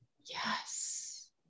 Yes